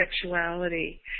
sexuality